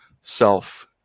self